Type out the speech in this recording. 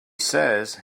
says